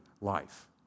life